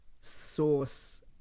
source